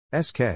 SK